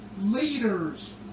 leaders